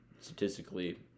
Statistically